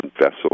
vessel